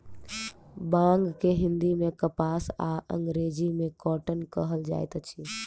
बांग के हिंदी मे कपास आ अंग्रेजी मे कौटन कहल जाइत अछि